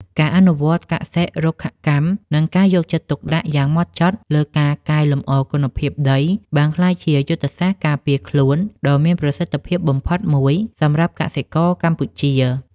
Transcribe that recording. ការអនុវត្តកសិ-រុក្ខកម្ម និងការយកចិត្តទុកដាក់យ៉ាងហ្មត់ចត់លើការកែលម្អគុណភាពដី បានក្លាយជាយុទ្ធសាស្ត្រការពារខ្លួនដ៏មានប្រសិទ្ធភាពបំផុតមួយសម្រាប់កសិករកម្ពុជា។